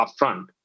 upfront